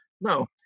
No